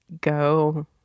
go